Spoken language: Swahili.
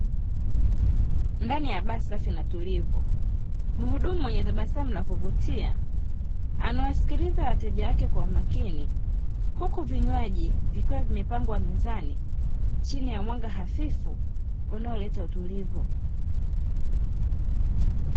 Ndani ya baa safi na tulivu, mhudumu mwenye tabasamu la kuvutia, anawasikiliza wateja wake kwa umakini, huku vinywaji vikiwa vimepangwa mezani, chini ya mwanga hafifu unaoleta utulivu.